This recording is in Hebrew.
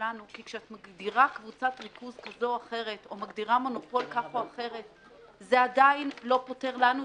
מבחינתנו הגדרה כזו או אחרת לא כל כך